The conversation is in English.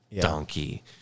donkey